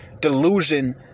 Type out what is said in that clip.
delusion